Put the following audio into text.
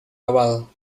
awal